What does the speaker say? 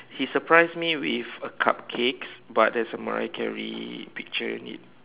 he surprise me with a cupcake but there's a Mariah-Carey picture in it